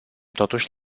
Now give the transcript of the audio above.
totuși